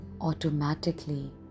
Automatically